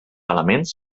elements